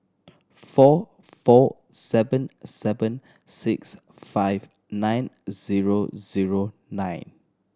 four four seven seven six five nine zero zero nine